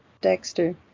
Dexter